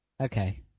Okay